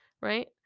Right